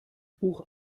buch